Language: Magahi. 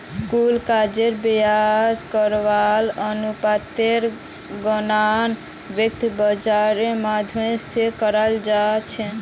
कुल कर्जेर ब्याज कवरेज अनुपातेर गणना वित्त बाजारेर माध्यम से कराल जा छे